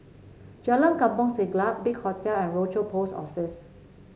Jalan Kampong Siglap Big Hotel and Rochor Post Office